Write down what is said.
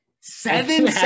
Seven